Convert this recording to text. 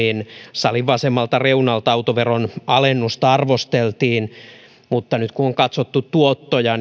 salin vasemmalta reunalta autoveron alennusta arvosteltiin mutta nyt kun on katsottu tuottoja